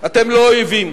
אתם לא אויבים.